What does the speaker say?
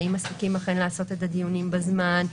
האם אכן מספיקים לעשות את הדיונים בזמן,